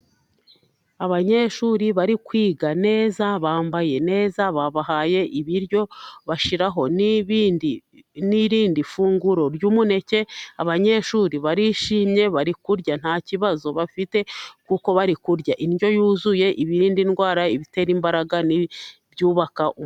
Abanyeshuri bari kwiga neza bambaye neza babahaye ibiryo bashyiraho n'ibindi n'irindi funguro ry'umuneke. Abanyeshuri barishimye bari kurya nta kibazo bafite kuko bari kurya indyo yuzuye, ibirinda indwara, ibitera imbaraga n'ibyubaka...